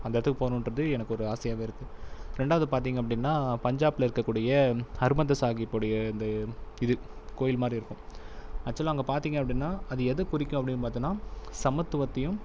அந்த இடத்துக்கு போகணுன்றது எனக்கு ஒரு ஆசையாகவே இருக்குது இரண்டாவது பார்த்தீங்க அப்படின்னா பஞ்சாப்பில் இருக்க கூடிய ஹர்பந்த சாஹிப்புடைய அந்த இது கோவில் மாதிரி இருக்குது ஆக்ட்சுவாலா அங்கே பார்த்தீங்க அப்படின்னா அதை எத குறிக்கு அப்படினு பார்த்தன்னா சமத்துவத்தையும்